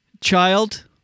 child